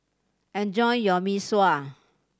enjoy your Mee Sua